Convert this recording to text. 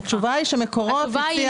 התשובה לא ברורה.